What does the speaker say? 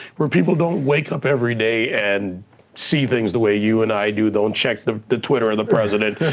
where people don't wake up everyday and see things the way you and i do, don't check the the twitter or the president,